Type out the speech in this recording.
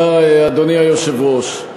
תודה, אדוני היושב-ראש.